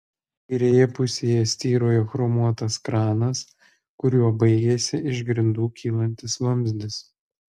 kairėje pusėje styrojo chromuotas kranas kuriuo baigėsi iš grindų kylantis vamzdis